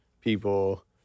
people